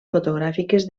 fotogràfiques